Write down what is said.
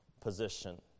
position